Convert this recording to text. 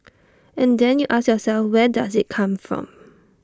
and then you ask yourself where does IT come from